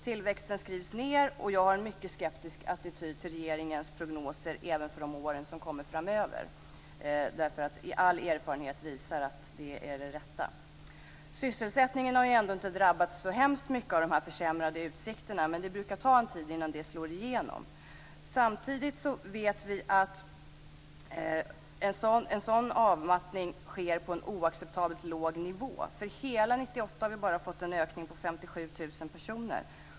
Tillväxten skrivs ned, och jag har en mycket skeptisk attityd till regeringens prognoser även för de år som kommer framöver, därför att all erfarenhet visar att det är det rätta. Sysselsättningen har ändå inte drabbats så väldigt mycket av dessa försämrade utsikter. Men det brukar ta en tid innan det slår igenom. Samtidigt vet vi att en sådan avmattning sker på en oacceptabelt låg nivå. För hela 1998 har vi bara fått en ökning med 57 000 personer.